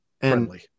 friendly